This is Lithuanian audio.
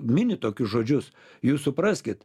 mini tokius žodžius jūs supraskit